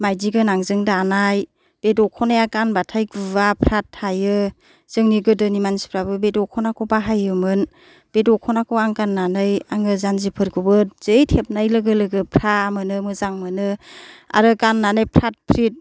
माइदि गोनांजों दानाय बे दख'नाया गानबाथाय गुवा प्राथ थायो जोंनि गोदोनि मानसिफ्राबो बे दख'नाखौ बाहायोमोन बे दख'नाखौ आं गाननानै आङो जान्जिफोरखौबो जै थेबनाय लोगो लोगो फ्रा मोनो मोजां मोनो आरो गाननानै प्राथ प्रिथ